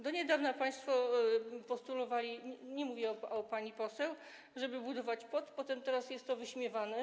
Do niedawna państwo postulowali - nie mówię o pani poseł - żeby budować płot, a teraz jest to wyśmiewane.